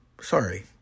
sorry